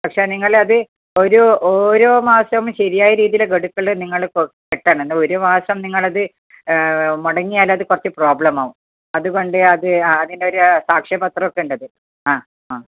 പക്ഷേ നിങ്ങൾ അത് ഒരു ഓരോ മാസവും ശരിയായ രീതിയിൽ ഗഡുക്കള് നിങ്ങൾ കെട്ടണം ഒരു മാസം നിങ്ങൾ അത് മൊടങ്ങിയാൽ അത് കുറച്ചു പ്രോബ്ലം ആകും അതുകൊണ്ട് അത് അതിന് ഒരു സാക്ഷ്യപത്രം ഒക്കെയുണ്ട് അത് ആ ആ